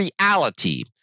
reality